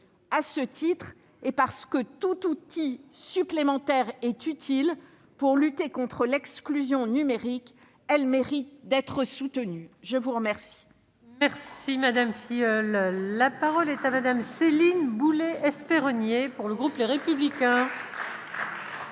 À ce titre, et parce que tout outil supplémentaire est utile pour lutter contre l'exclusion numérique, elle mérite d'être soutenue. La parole